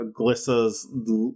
glissa's